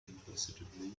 imperceptibly